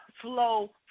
flow